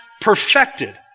perfected